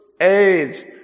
AIDS